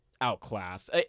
outclassed